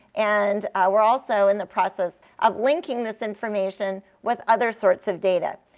and we're also in the process of linking this information with other sorts of data.